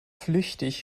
flüchtig